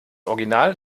original